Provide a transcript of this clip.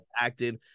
acting